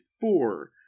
Four